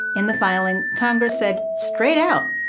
in the filing, congress said, straight out,